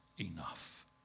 enough